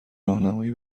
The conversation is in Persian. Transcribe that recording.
راهنمایی